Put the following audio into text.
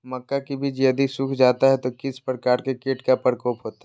मक्का के बिज यदि सुख जाता है तो किस प्रकार के कीट का प्रकोप होता है?